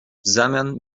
zamian